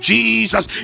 Jesus